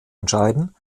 entscheiden